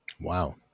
Wow